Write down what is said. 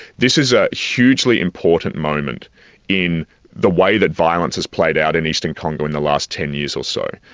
this is a hugely important moment in the way that violence has played out in eastern congo in the last ten years or so.